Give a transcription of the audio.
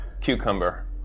Cucumber